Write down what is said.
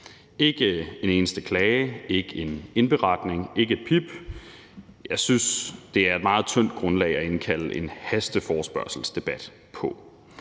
været en eneste klage, ikke en indberetning, ikke et pip – jeg synes, det er et meget tyndt grundlag at indkalde til en hasteforespørgselsdebat på.